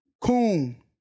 Coon